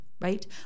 right